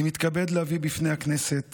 אני מתכבד להביא בפני הכנסת